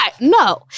No